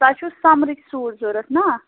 تۄہہِ چھُو سَمرٕکۍ سوٗٹ ضروٗرت نا